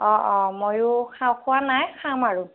অঁ অঁ মইয়ো খোৱা নাই খাম আৰু